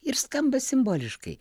ir skamba simboliškai